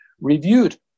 reviewed